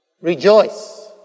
rejoice